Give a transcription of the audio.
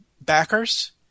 backers